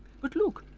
but look,